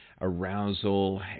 arousal